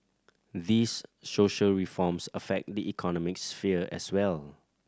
these social reforms affect the economic sphere as well